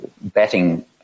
betting